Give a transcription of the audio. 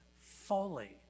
fully